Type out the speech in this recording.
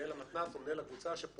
מנהל המתנ"ס או מנהל הקבוצה שפונה,